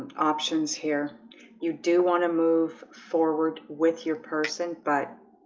options here you do want to move forward with your person but